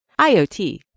IOT